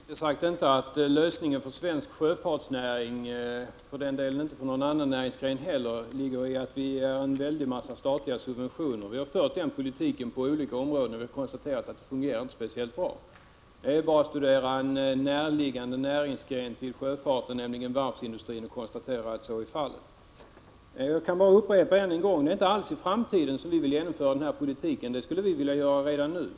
Herr talman! Jag tror uppriktigt sagt inte att lösningen för svensk sjöfartsnäring, och för den delen inte för någon annan näringsgren heller, ligger i att vi ger en massa statliga subventioner. Vi har fört den politiken på olika områden men kunnat konstatera att det inte fungerar speciellt bra. Det är bara att studera en närliggande näringsgren till sjöfarten, nämligen varvsindustrin, och konstatera att så är fallet. Jag kan bara än en gång upprepa att det inte alls är i framtiden som vi vill genomföra vår politik. Det skulle vi vilja göra redan nu.